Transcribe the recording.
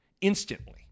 instantly